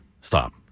Stop